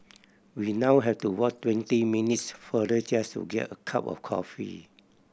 we now have to walk twenty minutes farther just to get a cup of coffee